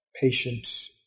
patient